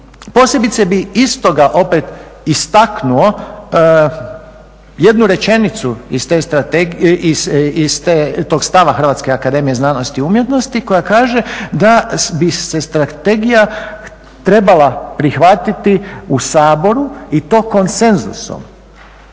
posebice bi iz toga opet istaknu jednu rečenicu iz te strategije, iz tog stava Hrvatske akademije znanosti i umjetnosti koja kaže: "Da bi se strategija trebala prihvatiti u Saboru i to konsenzusom